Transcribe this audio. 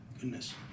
goodness